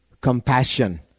compassion